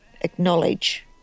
acknowledge